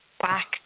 back